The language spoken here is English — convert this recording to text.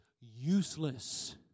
useless